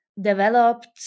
developed